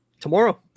Tomorrow